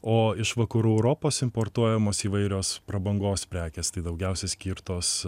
o iš vakarų europos importuojamos įvairios prabangos prekės tai daugiausia skirtos